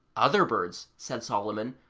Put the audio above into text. other birds, said solomon,